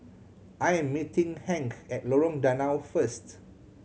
I'm meeting Hank at Lorong Danau first